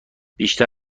بیشتر